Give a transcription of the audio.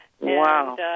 Wow